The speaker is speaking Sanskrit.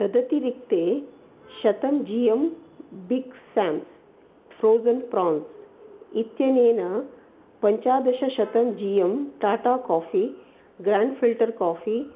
तदतिरिक्ते शतं G M Big Sam's frozen prawns इत्यनेन पञ्चादशशतं G M Tata coffee grand filter coffee